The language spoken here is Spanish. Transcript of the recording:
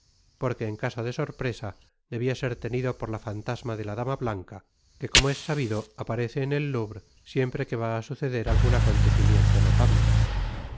porque en caso de sorpresa debia ser tenido por la fantasma de la dama blanca que como es sabido aparece en el louvre siempre que va á suceder algun acontecimiento notable